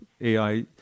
AI